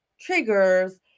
triggers